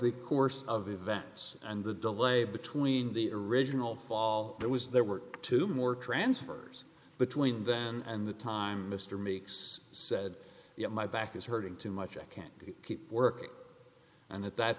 the course of events and the delay between the original fall it was there were two more transfers between then and the time mr meeks said you know my back is hurting too much i can't keep working and at that